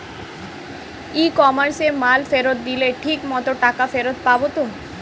ই কমার্সে মাল ফেরত দিলে ঠিক মতো টাকা ফেরত পাব তো?